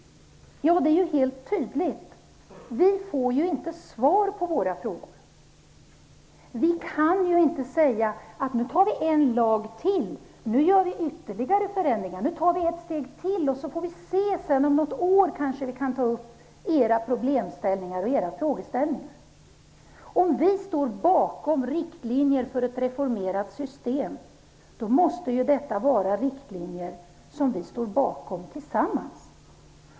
Det är helt tydligt: Vi får ju inte svar på våra frågor. Vi kan inte säga att vi nu gör ytterligare förändringar och tar ett steg till, och så får vi se om vi kan ta upp problemställningarna om något år. Om vi skall stå bakom riktlinjer för ett reformerat system måste vi göra det tillsammans.